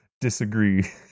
disagree